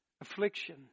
affliction